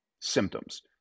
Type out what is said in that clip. symptoms